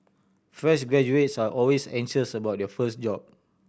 fresh graduates are always anxious about their first job